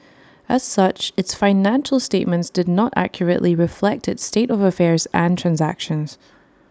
as such its financial statements did not accurately reflect its state of affairs and transactions